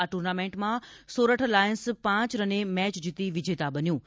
આ ટ્રર્નામેન્ટમાં સોરઠ લાયન્સ પાંચ રને મેચ જીતી વિજેતા બન્યું હતું